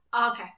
okay